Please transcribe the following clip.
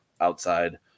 outside